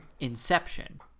inception